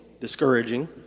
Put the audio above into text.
discouraging